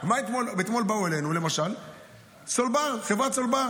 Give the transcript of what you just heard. אתמול באה אלינו למשל, סולבר, חברת סולבר.